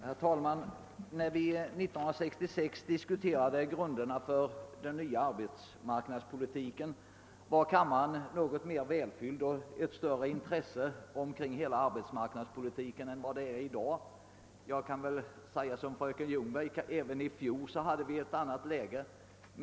Herr talman! När vi 1966 diskuterade grunderna för den nya arbetsmarknadspolitiken var kammaren något mer välfylld och det fanns ett större intresse för hela arbetsmarknadspolitiken. Jag kan instämma med fröken Ljungberg i att vi så sent som i fjol hade ett annat läge.